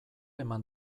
eman